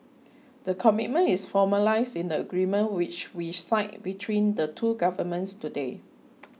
the commitment is formalised in the agreement which we signed between the two governments today